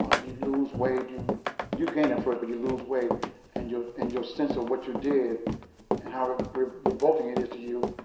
ah you lose weight. you you gain it first, but you lose weight and your and your sense of what you did and how revolting it is to you,